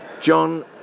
John